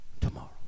tomorrow